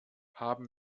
haben